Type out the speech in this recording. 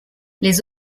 les